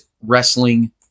Wrestling